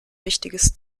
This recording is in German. wichtiges